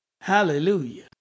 Hallelujah